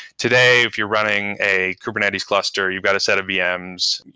today, if you're running a kubernetes cluster, you've got a set of vms.